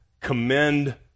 commend